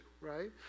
right